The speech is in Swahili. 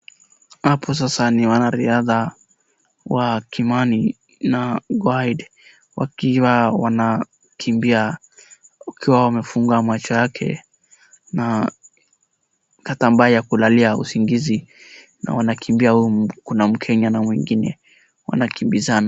Hapo sasa ni wanariadha wa Kimani na guide wakiwa wanakimbia, wakiwa wamefunga macho yake na kitu ambaye ya kulalia usingizi na wanakimbia kuna mkenya na mwingine wanakimbizana.